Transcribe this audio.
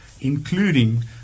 including